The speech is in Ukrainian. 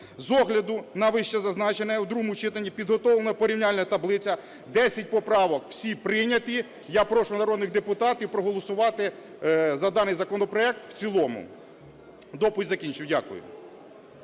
З огляду на вище зазначене в другому читанні підготовлена порівняльна таблиця, 10 поправок – всі прийняті. Я прошу народних депутатів проголосувати за даний законопроект в цілому. Доповідь закінчив. Дякую.